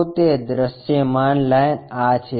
તો તે દૃશ્યમાન લાઇન આ છે